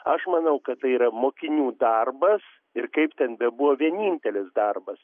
aš manau kad tai yra mokinių darbas ir kaip ten bebuvo vienintelis darbas